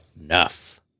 enough